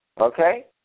okay